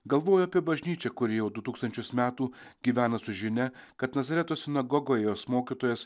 galvoju apie bažnyčią kuri jau du tūkstančius metų gyvena su žinia kad nazareto sinagogoj jos mokytojas